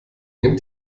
nehmt